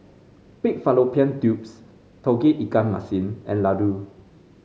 Pig Fallopian Tubes Tauge Ikan Masin and laddu